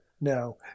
no